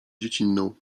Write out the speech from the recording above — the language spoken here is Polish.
dziecinną